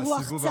בסיבוב הבא.